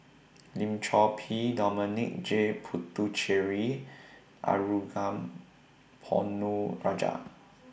Lim Chor Pee Dominic J Puthucheary Ponnu Rajah